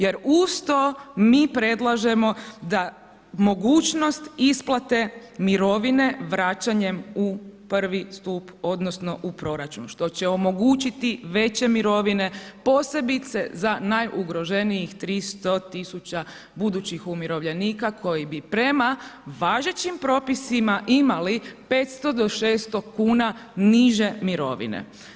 Jer uz to mi predlažemo da mogućnost isplate mirovine vraćanjem u prvi stup odnosno u proračun, što će omogućiti veće mirovine posebice za najugroženijih 300 tisuća budućih umirovljenika koji bi prema važećim propisima imali 500 do 600 kuna niže mirovine.